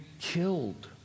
killed